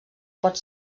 pot